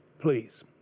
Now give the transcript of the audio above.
Please